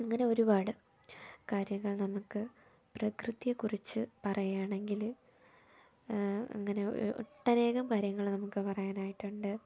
അങ്ങനെ ഒരുപാട് കാര്യങ്ങൾ നമുക്ക് പ്രകൃതിയെക്കുറിച്ച് പറയാണെങ്കിൽ അങ്ങനെ ഒട്ടനേകം കാര്യങ്ങൾ നമുക്ക് പറയാനായിട്ടുണ്ട്